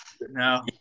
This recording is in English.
No